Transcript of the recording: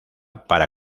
para